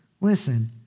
listen